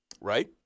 Right